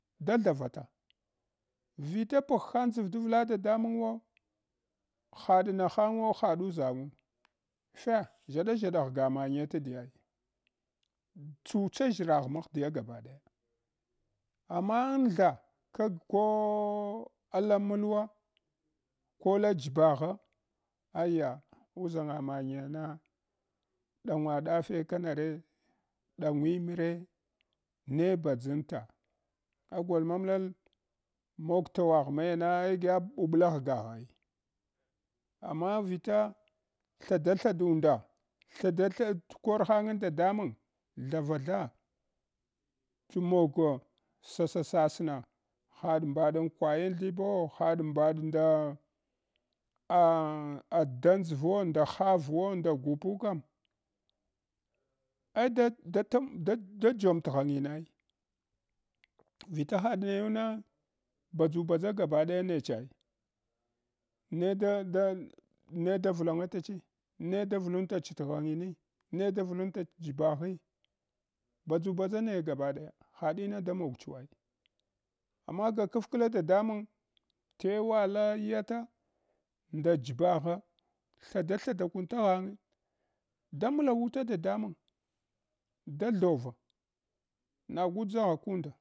Da thawata vita bagh hang dʒar davla dadamangwo haɗ nahangwo hadu ʒangu geh ʒshaɗa ʒshaɗa ghga manye tidya ai tsutsa ʒshiraghur gabadaya amma antha kag ko ala malwa ko la jibagha aya uzanga manyana ɗangwa ɗaʒe kanare ɗangwimre ne badʒanta? Agol mamlal mog towagh mayana eh giya ɓuɓla ghgagha ai amma vita theda thadunda thadathe t’ kor hanya dadamang thavatha t mogo sasa-sasna haɗ mbaɗn kwaya thibawo haɗ mbaɗ nda ah adan dʒvuwa, nda havwo nda gupu kam ai a tan da jomt ghanginai vila haɗayuna badʒubadʒa gabadoya he chai ne da da neda vlangatachi? Ne a vlangatach t’ ghangim? Ne da vlntach t’ jibaghi? Badʒu badʒa naya gaba ɗaya hadina da mogch wai amma ga kafkla dadamang tewala tata, nda jibagha thada thadakun taghange da mlawuta dadamang da thova nagu dʒagha kunda.